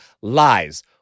lies